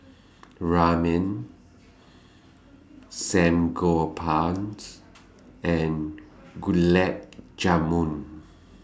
Ramen and Gulab Jamun